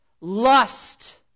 lust